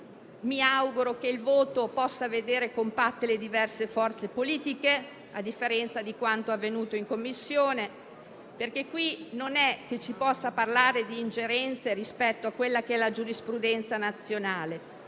Mi auguro che il voto possa vedere compatte le diverse forze politiche, a differenza di quanto avvenuto in Commissione, perché non si può parlare di ingerenze rispetto alla giurisprudenza nazionale.